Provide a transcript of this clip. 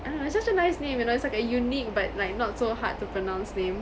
ah it's such a nice name you know it's like a unique but like not so hard to pronounce name